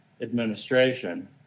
administration